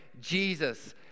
Jesus